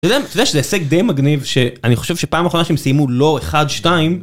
אתה יודע שזה עסק די מגניב שאני חושב שפעם אחרונה שהם סיימו לא אחד שתיים